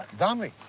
zombie.